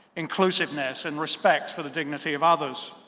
inclusiveness and respect for the dignity of others.